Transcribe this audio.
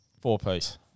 Four-piece